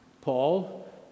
Paul